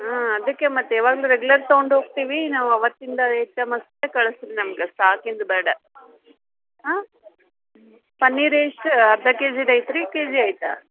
ಹಾಂ ಅದಕ್ಕೆ ಮತ್ತು ಯಾವಾಗಲು ರೆಗ್ಯೂಲರ್ ತಗೊಂಡು ಹೋಗ್ತೀವಿ ನಾವು ಅವತ್ತಿಂದು ಐಟಮ್ ಅಷ್ಟೇ ಕಳಿಸ್ರೀ ನಮ್ಗೆ ಸ್ಟಾಕಿಂದು ಬೇಡ ಹಾಂ ಪನ್ನೀರು ಎಷ್ಟು ಅರ್ಧ ಕೆ ಜಿದು ಐತಿ ರೀ ಕೆಜಿ ಐತ